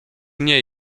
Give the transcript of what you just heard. nie